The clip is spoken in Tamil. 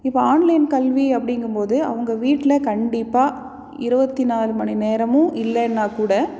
இப்போ ஆன்லைன் கல்வி அப்படிங்கம்போது அவங்க வீட்டில் கண்டிப்பாக இருபத்தி நாலு மணி நேரமும் இல்லைனா கூட